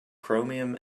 chromium